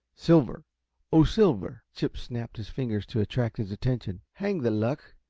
silver oh, silver! chip snapped his fingers to attract his attention. hang the luck,